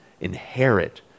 inherit